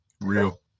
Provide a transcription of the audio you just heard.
real